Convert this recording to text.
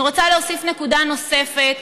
אני רוצה להוסיף נקודה נוספת,